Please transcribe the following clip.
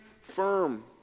firm